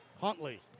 Huntley